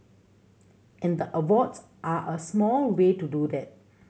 and the awards are a small way to do that